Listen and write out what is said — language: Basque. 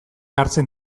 hartzen